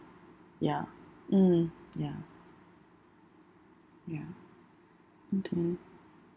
ya mm ya ya okay